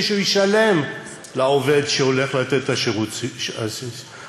שהוא ישלם לעובד שהולך לתת את השירות הסיעודי.